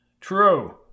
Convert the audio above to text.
True